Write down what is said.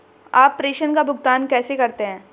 आप प्रेषण का भुगतान कैसे करते हैं?